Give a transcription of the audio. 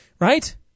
Right